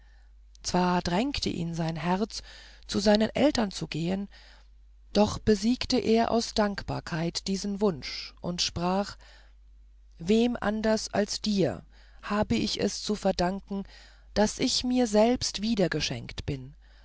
zwar drängte ihn sein herz zu seinen eltern zu gehen doch besiegte er aus dankbarkeit diesen wunsch und sprach wem anders als dir habe ich es zu danken daß ich mir selbst wiedergeschenkt bin